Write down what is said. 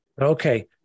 Okay